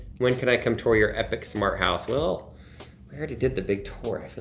when could i come tour your epic smart house? well, we already did the big tour.